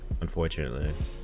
unfortunately